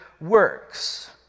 works